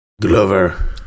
Glover